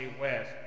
West